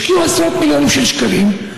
השקיעו עשרות מיליונים של שקלים,